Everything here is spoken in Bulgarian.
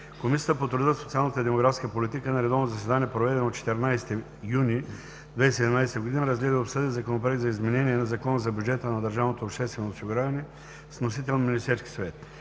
Комисията по труда, социалната и демографската политика на редовно заседание, проведено на 14 юни 2017 г., разгледа и обсъди Законопроект за изменение на Закона за бюджета на държавното обществено осигуряване, № 702-01-2, внесен от Министерския съвет.